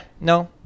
no